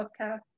podcast